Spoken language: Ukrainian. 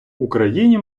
україні